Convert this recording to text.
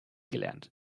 gelernt